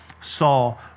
Saul